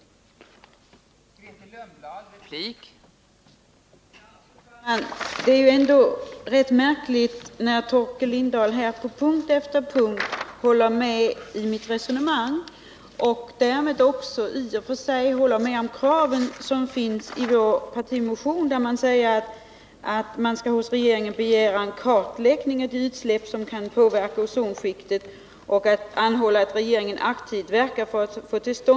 Onsdagen den